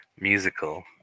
musical